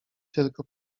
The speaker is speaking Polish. tylko